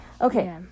Okay